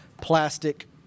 plastic